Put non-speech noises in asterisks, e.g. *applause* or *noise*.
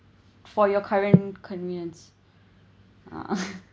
for your current convenience *breath* ah *laughs*